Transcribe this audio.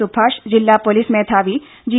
സുഭാഷ് ജില്ലാ പോലീസ് മേധാവി ജി